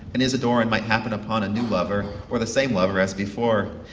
an isidoran might happen upon a new lover or the same lover as before.